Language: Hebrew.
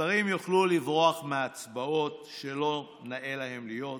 שרים יוכלו לברוח מהצבעות שלא נאה להם להיות בהן,